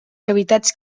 cavitats